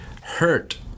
hurt